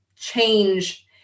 change